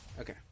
Okay